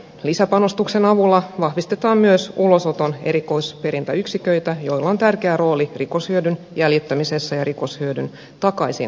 lisäpanostuksen avulla vahvistetaan myös ulosoton erikoisperintäyksiköitä joilla on tärkeä rooli rikoshyödyn jäljittämisessä ja rikoshyödyn takaisin saamisessa